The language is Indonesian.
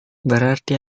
berarti